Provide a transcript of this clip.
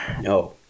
no